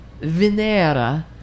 Venera